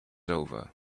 over